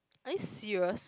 are you serious